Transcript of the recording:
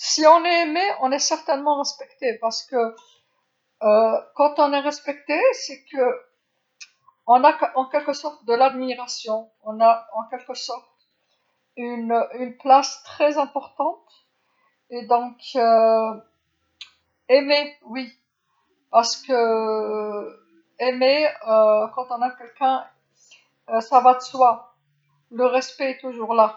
إذا كنا محبوبين، فإننا بالتأكيد نحترم لأننا عندما نحترم، فهو على سبيل الإعجاب، لدينا بطريقة ما المكان مهم جدًا وبالتالي نحب، نعم لأن عندما نكون لشخص ما ذلك غني عن القول، الاحترام لا يزال موجودا.